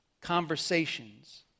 conversations